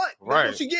Right